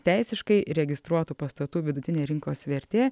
teisiškai registruotų pastatų vidutinė rinkos vertė